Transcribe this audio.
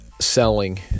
selling